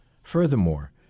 Furthermore